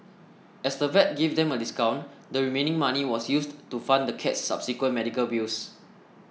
as the vet gave them a discount the remaining money was used to fund the cat's subsequent medical bills